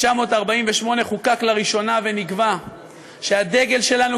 1948 חוקק לראשונה ונקבע שהדגל שלנו,